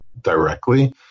directly